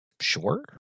Sure